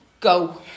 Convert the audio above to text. go